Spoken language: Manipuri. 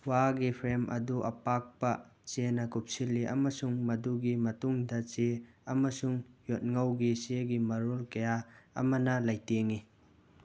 ꯋꯥꯒꯤ ꯐ꯭ꯔꯦꯝ ꯑꯗꯨ ꯑꯄꯥꯛꯄ ꯆꯦꯅ ꯀꯨꯞꯁꯤꯜꯂꯤ ꯑꯃꯁꯨꯡ ꯃꯗꯨꯒꯤ ꯃꯇꯨꯡꯗ ꯆꯦ ꯑꯃꯁꯨꯡ ꯌꯣꯠꯉꯧꯒꯤ ꯆꯦꯒꯤ ꯃꯔꯣꯜ ꯀꯌꯥ ꯑꯃꯅ ꯂꯩꯇꯦꯡꯉꯤ